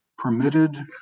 permitted